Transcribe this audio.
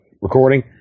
recording